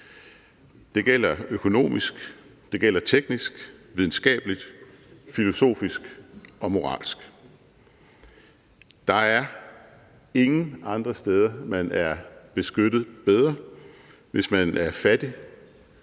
Det gælder økonomisk, teknisk, videnskabeligt, filosofisk og moralsk. Der er ingen andre steder, man er beskyttet bedre, hvis man er fattig,